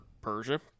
Persia